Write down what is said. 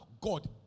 God